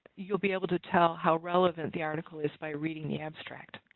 you'll be able to tell how relevant the article is by reading the abstract.